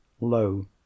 low